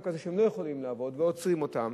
כזה שהם לא יכולים לעבוד ועוצרים אותם.